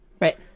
Right